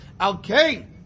Okay